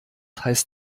heißt